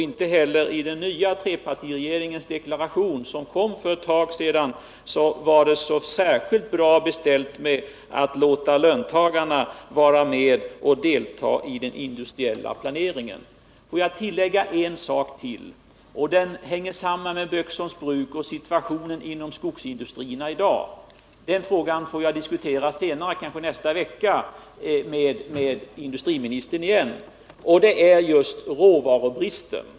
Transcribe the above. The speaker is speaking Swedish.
Inte heller i den nya trepartiregeringens deklaration för någon tid sedan var det så särskilt väl beställt med utfästelser om att låta löntagarna delta i den industriella planeringen. Låt mig dessutom tillägga några ord om Böksholms bruk och situationen inom skogsindustrierna i dag. Det gäller en fråga som jag kommer att få diskutera ännu en gång med industriministern, kanske redan nästa vecka, nämligen råvarubristen.